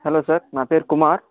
hello sir నా పేరు కుమార్